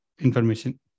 information